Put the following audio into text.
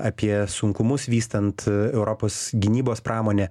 apie sunkumus vystant europos gynybos pramonę